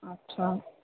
अछा